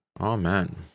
Amen